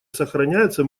сохраняются